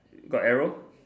got arrow